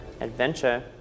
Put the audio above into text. adventure